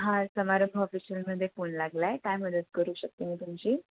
हां समारंभ ऑफिशलमध्ये फोन लागलाय काय मदत करू शकते मी तुमची